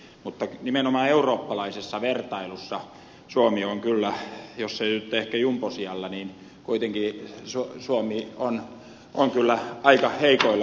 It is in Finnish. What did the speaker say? mutta nimenomaan eurooppalaisessa vertailussa suomi on kyllä jos ei nyt ehkä jumbosijalla niin kuitenkin suomi on kyllä aika heikoilla sijaluvuilla